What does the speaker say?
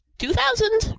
two thousand!